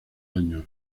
años